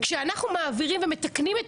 היא מיוחדת זמנית.